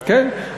כן.